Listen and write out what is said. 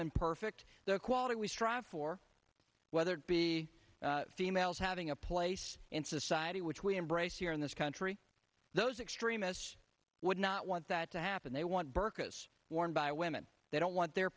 imperfect the quality we strive for whether be females having a place in society which we embrace here in this country those extremists would not want that to happen they want burkas worn by women they don't want their